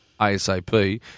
ASAP